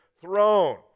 throne